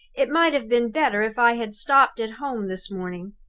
it might have been better if i had stopped at home this morning.